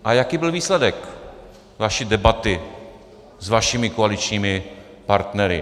A jaký byl výsledek vaší debaty s vašimi koaličními partnery?